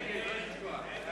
מציע